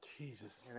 Jesus